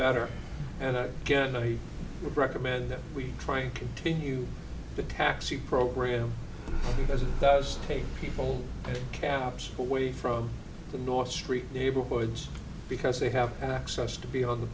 better and again i would recommend that we try to continue the taxi program as it does take people caps away from the north street neighborhoods because they have access to be on the